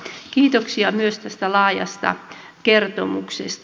mutta kiitoksia myös tästä laajasta kertomuksesta